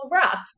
rough